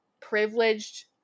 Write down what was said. privileged